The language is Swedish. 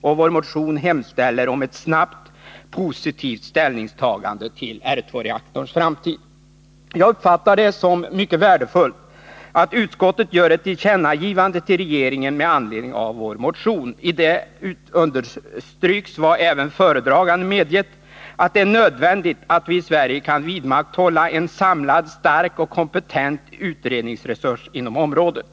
I vår motion hemställes om ett snabbt positivt ställningstagande till R 2-reaktorns framtid. Jag uppfattar det som mycket värdefullt att utskottet gör ett tillkännagivande till regeringen med anledning av vår motion. I detta understryks vad även föredraganden medgett, nämligen att det är nödvändigt att vi i Sverige kan vidmakthålla en samlad, stark och kompetent utredningsresurs inom området.